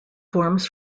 forms